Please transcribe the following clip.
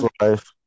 Life